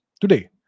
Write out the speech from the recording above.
today